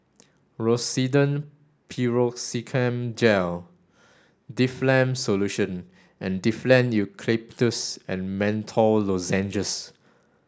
Rosiden Piroxicam Gel Difflam Solution and Difflam Eucalyptus and Menthol Lozenges